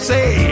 say